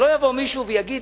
שלא יבוא מישהו ויגיד,